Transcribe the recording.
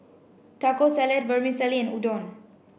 Taco Salad Vermicelli and Udon